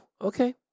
okay